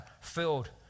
filled